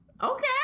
Okay